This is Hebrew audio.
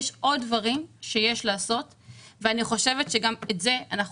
יש עוד דברים שיש לעשות ואני חושבת שגם את זה אנחנו